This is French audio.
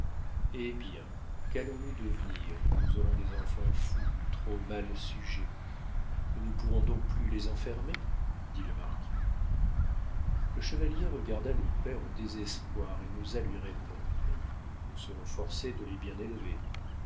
hé bien qu'allons-nous devenir quand nous aurons des enfants fous ou trop mauvais sujets nous ne pourrons donc plus les enfermer dit le marquis le chevalier regarda le père au désespoir et n'osa lui répondre nous serons forcés de les bien élever